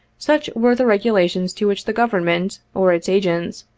such were the regulations to which the government, or its agents,